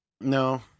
No